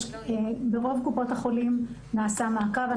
ברוב קופות החולים נעשה מעקב.